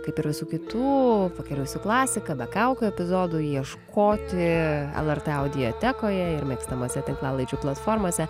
kaip ir visų kitų pakeliui su klasika be kaukių epizodų ieškoti lrt aidiatekoje ir mėgstamose tinklalaidžių platformose